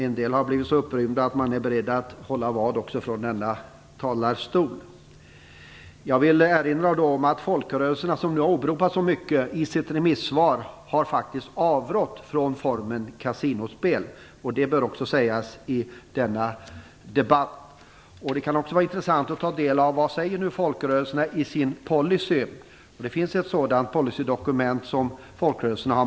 En del har blivit så upprymda att de är beredda att slå vad också från denna talarstol. Jag vill erinra om att folkrörelserna i sitt remissvar faktiskt har avrått från formen kasinospel. Det bör också sägas i denna debatt. Det kan också vara intressant att ta del av folkrörelserna säger i sin policy, för det finns ett policydokument.